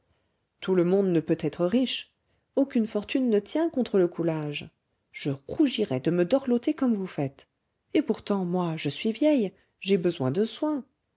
tout le monde ne peut être riche aucune fortune ne tient contre le coulage je rougirais de me dorloter comme vous faites et pourtant moi je suis vieille j'ai besoin de soins